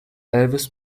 elvis